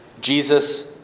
Jesus